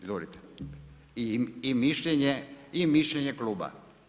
Izvolite i mišljenje i mišljenje kluba.